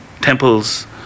temples